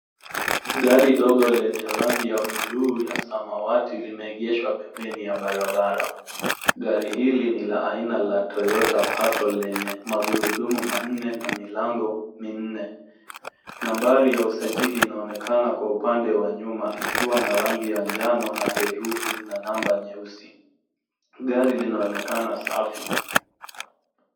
Gari dogo lenye rangi ya buluu ya samawati, limeegeshwa pembeni ya barabara. Gari hili ni la aina la Toyota Passo lenye magurudumu manne na milango minne. Nambari ya usajili inaonekana kwa upande wa nyuma ikiwa na rangi ya njano, na herufi na namba nyeusi. Gari linaonekana safi.